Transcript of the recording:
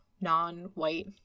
non-white